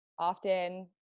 Often